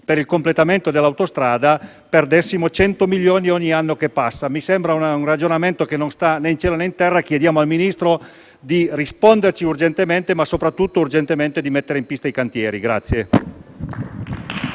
per il completamento dell'autostrada, perdessimo 100 milioni ogni anno che passa; mi sembra un ragionamento che non sta né in cielo, né in terra. Chiediamo al Ministro di risponderci urgentemente, ma soprattutto urgentemente di mettere in pista i cantieri.